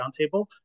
roundtable